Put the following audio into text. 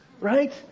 right